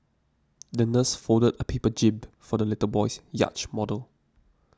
the nurse folded a paper jib for the little boy's yacht model